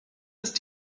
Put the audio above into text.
ist